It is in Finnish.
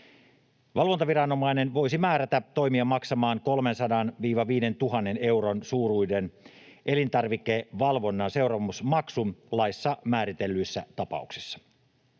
Valvontaviranomainen voisi määrätä toimijan maksamaan 300—5 000 euron suuruisen elintarvikevalvonnan seuraamusmaksun laissa määritellyissä tapauksissa.